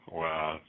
wow